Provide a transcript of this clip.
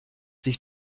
sich